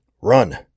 Run